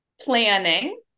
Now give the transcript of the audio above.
planning